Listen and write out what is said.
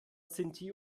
sinti